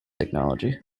technology